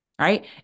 Right